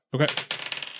Okay